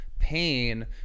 Pain